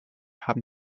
haben